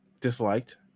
disliked